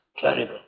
Terrible